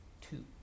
two